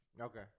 Okay